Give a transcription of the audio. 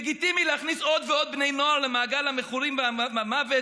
לגיטימי להכניס עוד ועוד בני נוער למעגל המכורים והמוות,